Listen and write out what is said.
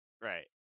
Right